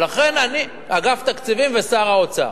אגף התקציבים ושר האוצר.